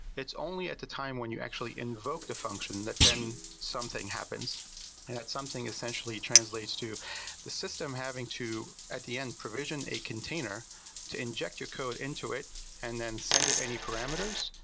it's only at the time when you actually invoke the function that then something happens. and that something essentially translates to the system having to at the end, provision a container to inject your code into it and then send it any parameters,